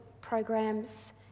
programs